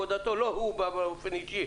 לא הוא באופן אישי,